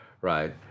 right